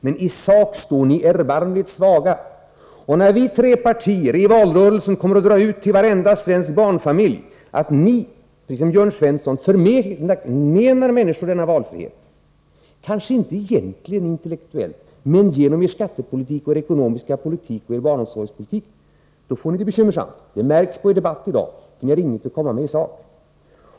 Men i sak står ni erbarmligt svaga. Och när vi från de tre borgerliga partierna i valrörelsen kommer att föra ut till varenda barnfamilj att ni precis som Jörn Svensson förmenar människor denna valfrihet — kanske inte intellektuellt egentligen, men genom er skattepolitik, er ekonomiska politik och er barnomsorgspolitik — då får ni det bekymmersamt. Och detta märks på er debatt i dag — ni har ingenting att komma med i sak.